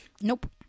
Nope